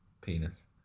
penis